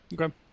Okay